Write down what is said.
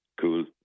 cool